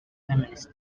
feminist